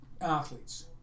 athletes